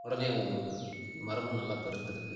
உடனே மரமும் நல்லா பெருத்துருது